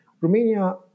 Romania